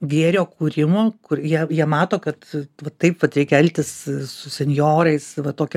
gėrio kūrimo kur jie jie mato kad va taip vat reikia elgtis su senjorais va tokią